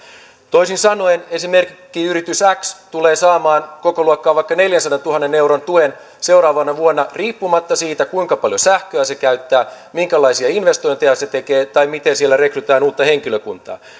toisin sanoen esimerkkiyritys kymmenen tulee saamaan vaikka kokoluokaltaan neljänsadantuhannen euron tuen seuraavana vuonna riippumatta siitä kuinka paljon sähköä se käyttää minkälaisia investointeja se tekee tai miten siellä rekrytään uutta henkilökuntaa